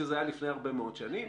שזה היה לפני הרבה מאוד שנים,